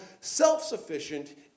self-sufficient